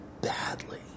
badly